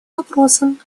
вопросам